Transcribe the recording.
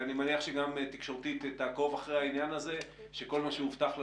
ואני מניח שגם תקשורתית אחרי העניין הזה שכל מה שהובטח לנו,